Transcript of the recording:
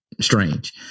Strange